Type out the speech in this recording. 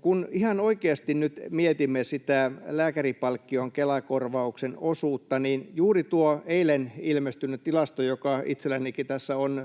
kun ihan oikeasti nyt mietimme sitä lääkärinpalkkion Kela-korvauksen osuutta, niin juuri tuota eilen ilmestynyttä tilastoa, joka itsellänikin tässä on